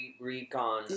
recon